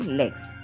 legs